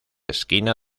esquina